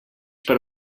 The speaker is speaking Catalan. per